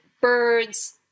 birds